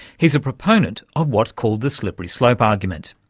he's a proponent of what's called the slippery slope argument.